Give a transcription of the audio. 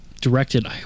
directed